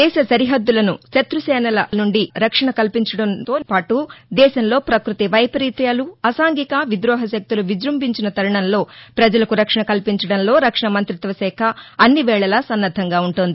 దేశ సరిహద్దులను శత్తుసేనల నుండి రక్షణ కల్పించడంతో పాటు దేశంలో పకృతి వైపరీత్యాలు అసాంఘిక విద్రోహ శక్తులు విజృంభించిన తరుణంలో ప్రజలకు రక్షణ కల్పించడంలో రక్షణ మంతిత్వ శాఖ అన్ని వేళల సన్నద్ధంగా ఉంటోంది